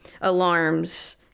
alarms